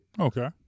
Okay